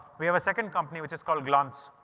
we have a second company, which is called glance.